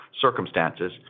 circumstances